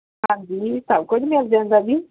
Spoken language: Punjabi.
ਹਾਂਜੀ ਸਭ ਕੁਝ ਮਿਲ ਜਾਂਦਾ ਜੀ